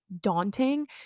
daunting